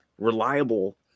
reliable